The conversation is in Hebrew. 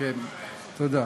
רק בקשות.